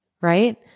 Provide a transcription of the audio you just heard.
right